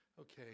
Okay